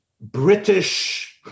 British